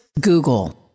Google